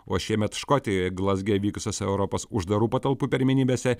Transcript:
o šiemet škotijoje glazge vykusiose europos uždarų patalpų pirmenybėse